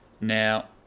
Now